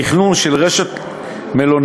תכנון של רשת מלונאות.